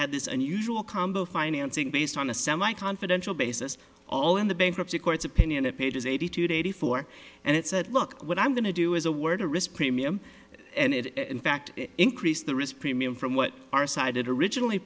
had this unusual combo financing based on a semi confidential basis all in the bankruptcy court's opinion of pages eighty today eighty four and it said look what i'm going to do is a word a wrist premium and it in fact increased the risk premium from what our side it originally